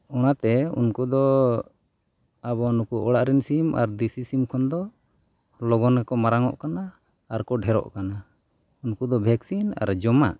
ᱚᱱᱟᱛᱮ ᱩᱱᱠᱩ ᱫᱚ ᱟᱵᱚ ᱱᱩᱠᱩ ᱚᱲᱟᱜ ᱨᱮᱱ ᱥᱤᱢ ᱟᱨ ᱫᱮᱥᱤ ᱥᱤᱢ ᱠᱷᱚᱱ ᱫᱚ ᱞᱚᱜᱚᱱ ᱜᱮᱠᱚ ᱢᱟᱨᱟᱝ ᱚᱜ ᱠᱟᱱᱟ ᱟᱨ ᱠᱚ ᱰᱷᱮᱹᱨᱚᱜ ᱠᱟᱱᱟ ᱩᱱᱠᱩ ᱫᱚ ᱵᱷᱮᱠᱥᱤᱱ ᱟᱨ ᱡᱚᱢᱟᱜ